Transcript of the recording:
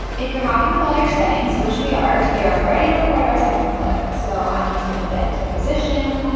if you're happy with all your settings which we are. we are ready to record our second clip. clip. so i'm just going to get into position,